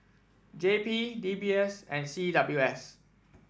J P D B S and C W S